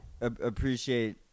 Appreciate